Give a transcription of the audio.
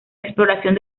exploración